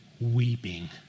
weeping